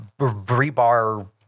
rebar